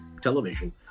television